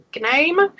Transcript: name